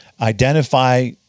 identify